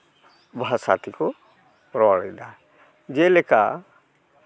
ᱵᱷᱟᱥᱟ ᱛᱮᱠᱚ ᱨᱚᱲᱮᱫᱟ ᱡᱮᱞᱮᱠᱟ